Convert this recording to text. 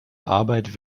arbeit